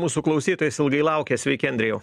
mūsų klausytojas ilgai laukė sveiki andrėjau